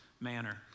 manner